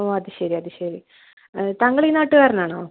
ഓ അതു ശരി അതു ശരി താങ്കൾ ഈ നാട്ടുകാരനാണോ